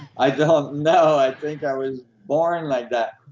i don't know. i think i was born like that,